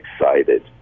excited